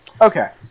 Okay